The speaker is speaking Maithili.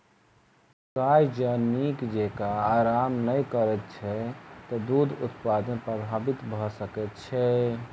गाय जँ नीक जेँका आराम नै करैत छै त दूध उत्पादन प्रभावित भ सकैत छै